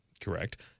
Correct